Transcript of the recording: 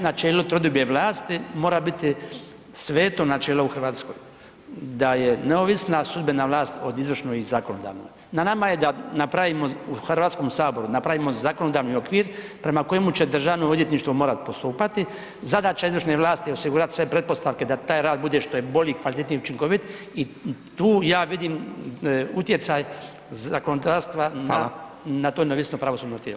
Načelo trodiobe vlasti mora biti sveto načelo u Hrvatskoj, da je neovisna sudbena vlast od izvršne i zakonodavne, na nama je da napravimo u Hrvatskom saboru, napravimo zakonodavni okvir prema kojemu će Državno odvjetništvo morati postupati, zadaća izvršne vlasti je osigurati sve pretpostavke da taj rad bude što je bolji, kvalitetniji i učinkovit i tu ja vidim utjecaj zakonodavstva na to neovisno pravosudno tijelo.